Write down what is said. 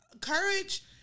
courage